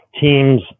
teams